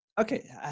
Okay